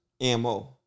ammo